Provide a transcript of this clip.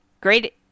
great